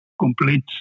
complete